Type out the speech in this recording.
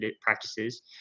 practices